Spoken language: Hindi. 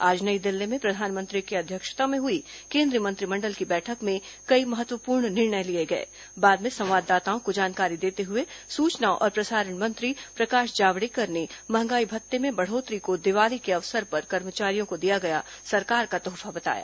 आज नई दिल्ली में प्रधानमंत्री की अध्यक्षता में हुई केन्द्रीय मंत्रिमण्डल की बैठक में कई महत्वपूर्ण निर्णय लिए गए बाद में संवाददाताओं को जानकारी देते हुए सूचना और प्रसारण मंत्री प्रकाश जावड़ेकर ने महंगाई भत्ते में बढ़ोतरी को दिवाली के अवसर पर कर्मचारियों को दिया गया सरकार का तोहफा बताया